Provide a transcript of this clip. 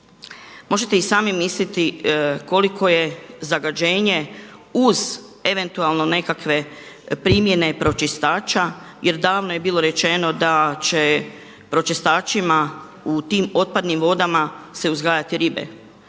Možete i sami misliti koliko je zagađenje uz eventualno nekakve primjene pročistača jer davno je bilo rečeno da će pročistačima u tim otpadnim vodama se uzgajati ribe.